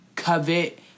covet